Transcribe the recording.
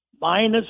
minus